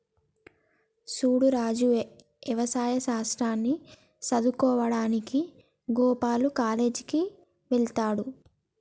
సూడు రాజు యవసాయ శాస్త్రాన్ని సదువువుకోడానికి గోపాల్ కాలేజ్ కి వెళ్త్లాడు